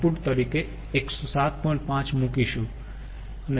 5 મૂકીશું અને તે સાથે આપણે ગણતરી ફરી કરીશું